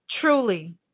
Truly